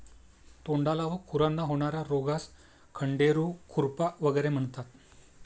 तोंडाला व खुरांना होणार्या रोगास खंडेरू, खुरपा वगैरे म्हणतात